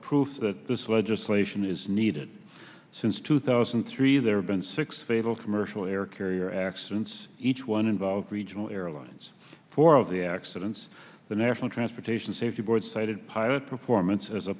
proof that this legislation is needed since two thousand and three there have been six fatal commercial air carrier accidents each one involved regional airlines four of the accidents the national transportation safety board cited pilot performance as a